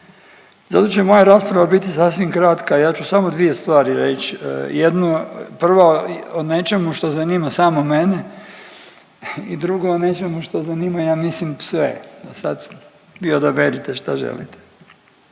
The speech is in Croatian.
Zato će moja rasprava biti sasvim kratka, ja ću samo dvije stvari reć, jednu, prvo o nečemu što zanima samo mene i drugo, o nečemu što zanima ja mislim sve, pa sad vi odaberite šta želite.